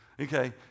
Okay